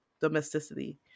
domesticity